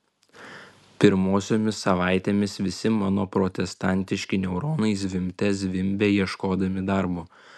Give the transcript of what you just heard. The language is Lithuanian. pirmosiomis savaitėmis visi mano protestantiški neuronai zvimbte zvimbė ieškodami darbo